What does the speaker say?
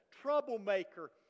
troublemaker